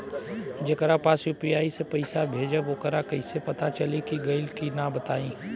जेकरा पास यू.पी.आई से पईसा भेजब वोकरा कईसे पता चली कि गइल की ना बताई?